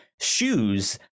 shoes